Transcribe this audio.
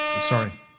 Sorry